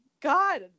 God